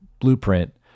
blueprint